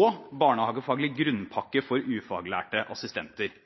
og barnehagefaglig grunnpakke for ufaglærte assistenter.